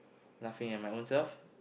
laughing at my own self